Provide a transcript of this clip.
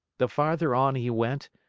the farther on he went,